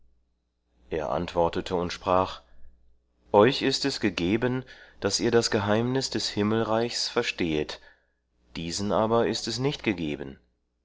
er antwortete und sprach euch ist es gegeben daß ihr das geheimnis des himmelreichs verstehet diesen aber ist es nicht gegeben